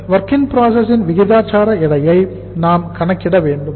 எனவே WIP இன் விகிதாச்சார எடையை நாம் கணக்கிட வேண்டும்